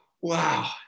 Wow